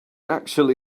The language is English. actually